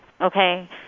Okay